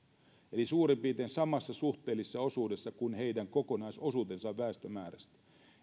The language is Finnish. eli suurin piirtein samassa suhteellisessa osuudessa kuin heidän kokonaisosuutensa on väestömäärästä